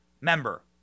member